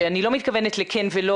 שאני לא מתכוונת לכן ולא,